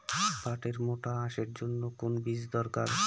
পাটের মোটা আঁশের জন্য কোন বীজ দরকার?